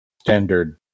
standard